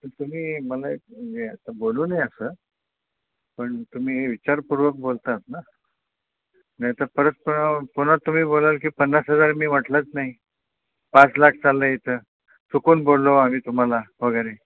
तुम्ही मला एक म्हणजे आता बोलू नये असं पण तुम्ही विचारपूर्वक बोलतात ना नाहीतर परत पुन्हा तुम्ही बोलाल की पन्नास हजार मी म्हटलंच नाही पाच लाख चाललं आहे इथं चुकून बोललो आम्ही तुम्हाला वगैरे